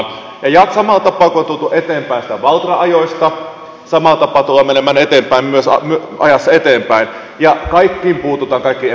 ja ihan samalla tapaa kuin on tultu eteenpäin sieltä valtra ajoista samalla tapaa tullaan menemään myös ajassa eteenpäin ja kaikkiin epäkohtiin puututaan